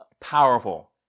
powerful